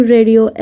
Radio